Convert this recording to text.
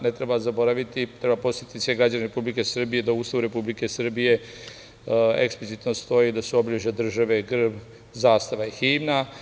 Ne treba zaboraviti, treba podsetiti sve građane Republike Srbije da u Ustavu Republike Srbije eksplicitno stoji da su obeležja države grb, zastava i himna.